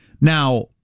Now